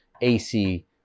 AC